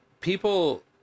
People